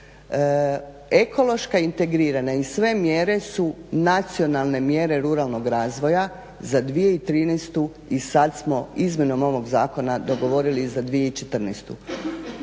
ekološka integrirana i sve mjere su nacionalne mjere ruralnog razvoja za 2013. i sad smo izmjenom ovog zakona dogovorili i za 2014.,